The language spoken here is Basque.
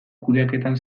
kudeaketan